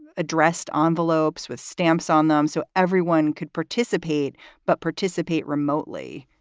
addressed on the lobes, with stamps on them so everyone could participate but participate remotely.